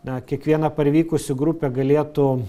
na kiekvieną parvykusių grupę galėtų